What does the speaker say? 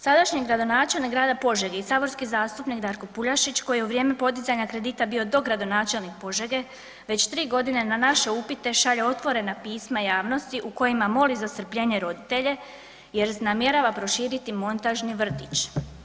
Sadašnji gradonačelnik grada Požege i saborski zastupnik Darko Puljašić koji je u vrijeme podizanja kredita bio dogradonačelnik Požege već 3.g. na naše upite šalje otvorena pisma javnosti u kojima moli za strpljenje roditelje jer namjerava proširiti montažni vrtić.